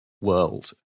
world